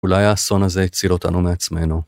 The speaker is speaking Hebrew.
אולי האסון הזה הציל אותנו מעצמנו.